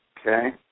Okay